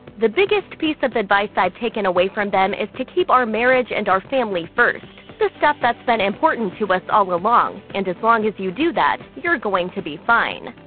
the biggest piece of advice i've taken away from them is to keep our marriage and our family first the stuff that's been important to us all along and as long as you do that, you're going to be fine.